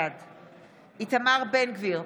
בעד איתמר בן גביר,